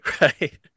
right